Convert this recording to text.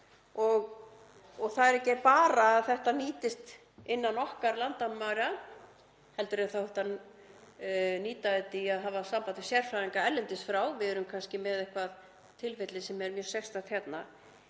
Það er ekki bara að þetta nýtist innan okkar landamæra heldur er hægt að nýta þetta til að hafa samband við sérfræðinga erlendis frá ef við erum kannski með eitthvert tilfelli sem er mjög sérstakt hérna.